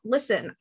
Listen